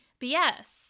BS